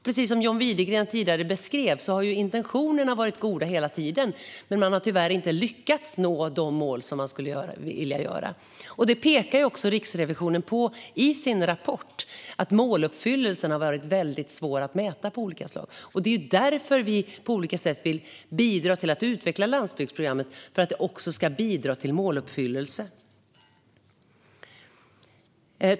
Precis som John Widegren tidigare beskrev har intentionerna hela tiden varit goda, men man har tyvärr inte lyckats nå de mål som man skulle vilja nå. Det pekar också Riksrevisionen på i sin rapport. Måluppfyllelsen har varit väldigt svår att mäta. Det är därför vi på olika sätt vill utveckla landsbygdsprogrammet så att det också ska bidra till måluppfyllelse.